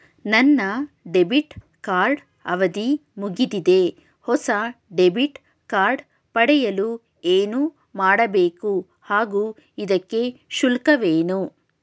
ನನ್ನ debit card ಅವಧಿ ಮುಗಿದಿದೆ ಹೊಸ ಡೆಬಿಟ್ ಕಾರ್ಡ್ ಪಡೆಯಲು ಏನು ಮಾಡಬೇಕು ಹಾಗೂ ಇದಕ್ಕೆ ಶುಲ್ಕವೇನು?